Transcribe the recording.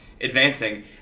advancing